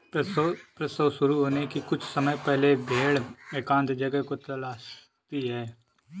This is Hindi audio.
प्रसव शुरू होने के कुछ समय पहले भेड़ एकांत जगह को तलाशती है